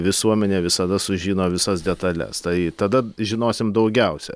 visuomenė visada sužino visas detales tai tada žinosim daugiausia